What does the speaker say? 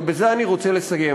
ובזה אני רוצה לסיים,